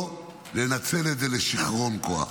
לא לנצל את זה לשיכרון כוח,